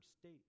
state